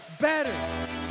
better